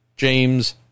James